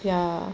ya